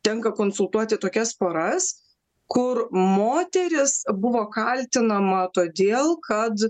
tenka konsultuoti tokias poras kur moteris buvo kaltinama todėl kad